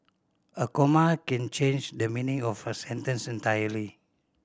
a comma can change the meaning of a sentence entirely